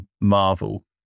Marvel